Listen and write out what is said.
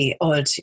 odd